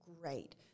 great